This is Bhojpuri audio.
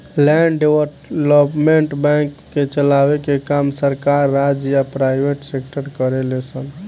लैंड डेवलपमेंट बैंक के चलाए के काम राज्य सरकार या प्राइवेट सेक्टर करेले सन